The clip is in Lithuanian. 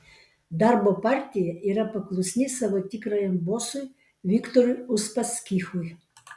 darbo partija yra paklusni savo tikrajam bosui viktorui uspaskichui